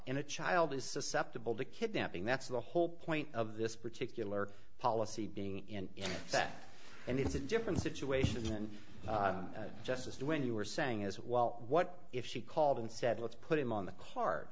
a child is susceptible to kidnapping that's the whole point of this particular policy being in that and it's a different situation than justice when you were saying as well what if she called and said let's put him on the car